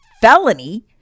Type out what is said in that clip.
felony